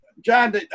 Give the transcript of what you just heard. John